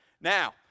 Now